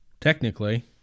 technically